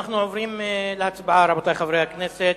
אנחנו עוברים להצבעה, רבותי חברי הכנסת.